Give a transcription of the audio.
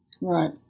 Right